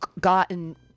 gotten